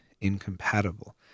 incompatible